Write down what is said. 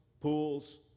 pools